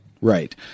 Right